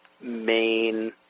main